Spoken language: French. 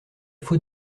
fautes